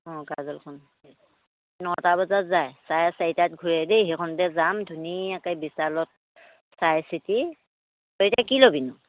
অ' কাজলখন নটা বজাত যায় চাৰে চাৰিটাত ঘূৰে দেই সেইখনতে যাম ধুনীয়াকৈ বিশালত চাই চিতি তই এতিয়া কি ল'বিনো